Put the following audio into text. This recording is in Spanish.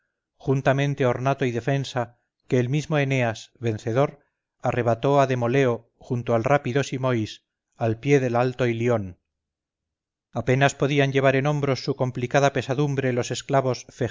juntamente ornato y defensa que el mismo eneas vencedor arrebató a demoleo junto al rápido simois al pie del alto ilión apenas podían llevar en hombros su complicada pesadumbre los esclavos